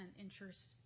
interest